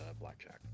blackjack